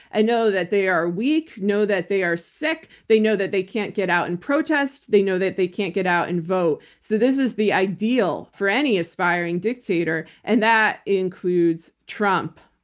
and know that they are weak, know that they are sick, they know that they can't get out and protest, they know that they can't get out and vote. so this is the ideal for any aspiring dictator and that includes trump.